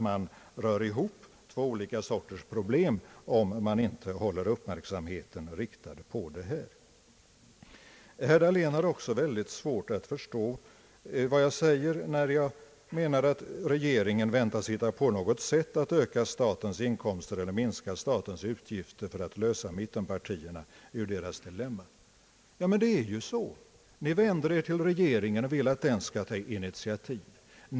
Man rör ihop två olika sorters problem, om man inte håller uppmärksamheten riktad på detta. Herr Dahlén har också mycket svårt att förstå mig när jag säger att mittpartierna väntar att regeringen skall hitta på något sätt att öka statens inkomster eller att minska statens utgifter för att lösa mittpartierna ur deras dilemma. Det är ju så. Ni vänder er till regeringen och vill att den skall ta initiativ.